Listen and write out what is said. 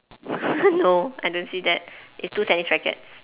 no I don't see that it's two tennis rackets